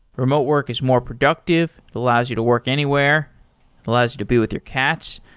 remote work is more productive. it allows you to work anywhere. it allows you to be with your cats.